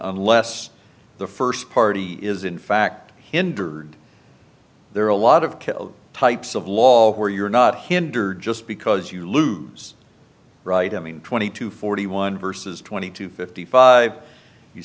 unless the first party is in fact hindered there are a lot of killed types of law where you're not hinder just because you lose right i mean twenty to forty one versus twenty to fifty five you